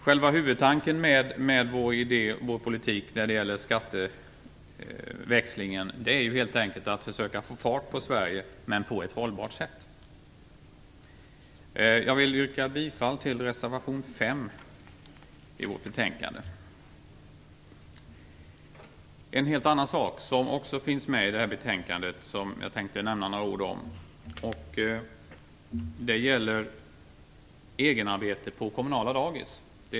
Själva huvudtanken med vår politik när det gäller skatteväxlingen är helt enkelt att försöka få fart på Sverige, men på ett hållbart sätt. Jag vill yrka bifall till reservation 5 till betänkandet. En helt annan sak, som också behandlas i betänkandet och som jag tänkte säga några ord om, gäller egenarbete på kommunala dagis.